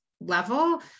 level